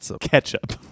ketchup